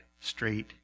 straight